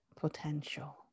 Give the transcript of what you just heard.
potential